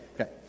Okay